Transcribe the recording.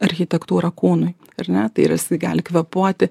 architektūra kūnui ar ne tai rasi gali kvėpuoti